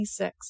26